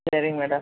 சரிங் மேடம்